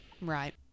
right